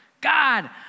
God